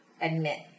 admit